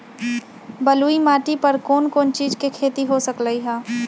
बलुई माटी पर कोन कोन चीज के खेती हो सकलई ह?